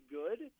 good